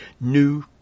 new